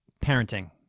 parenting